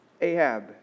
Ahab